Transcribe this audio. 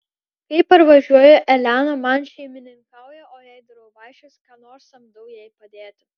kai parvažiuoju elena man šeimininkauja o jei darau vaišes ką nors samdau jai padėti